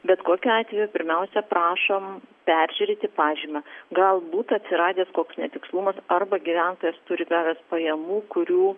bet kokiu atveju pirmiausia prašom peržiūrėti pažymą galbūt atsiradęs koks netikslumas arba gyventojas turi gavęs pajamų kurių